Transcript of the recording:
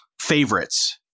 favorites